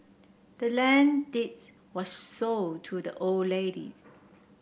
the land deeds was sold to the old ladies